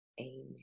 amen